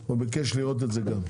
הוא ביקש לראות את זה גם.